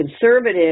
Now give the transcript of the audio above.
conservative